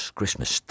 Christmas